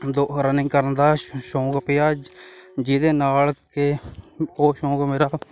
ਦ running ਕਰਨ ਦਾ ਸ਼ੌਕ ਪਿਆ ਜਿਹਦੇ ਨਾਲ ਕਿ ਉਹ ਸ਼ੌਕ ਮੇਰਾ